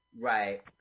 Right